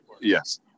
yes